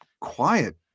quiet